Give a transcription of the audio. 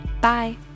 Bye